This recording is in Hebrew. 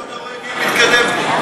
איפה אתה רואה גיל מתקדם פה?